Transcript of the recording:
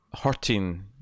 hurting